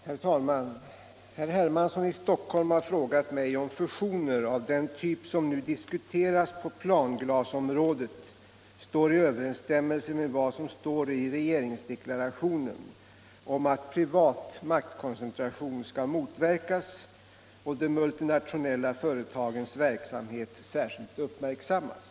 30 resp. 31. och anförde: Herr talman! Herr Hermansson har frågat mig om fusioner av den typ som nu diskuteras på planglasområdet står i överensstämmelse med vad som står i regeringsdeklarationen om att privat maktkoncentration skall motverkas och de multinationella företagens verksamhet särskilt uppmärksammas.